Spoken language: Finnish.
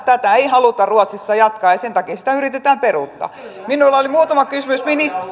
tätä ei haluta ruotsissa jatkaa ja sen takia sitä yritetään peruuttaa minulla oli muutama kysymys